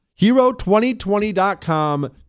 Hero2020.com